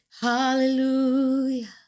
Hallelujah